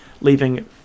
leaving